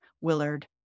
Willard